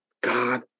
God